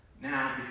now